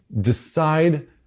decide